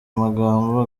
amagambo